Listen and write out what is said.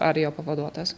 ar jo pavaduotojas